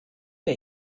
der